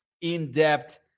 in-depth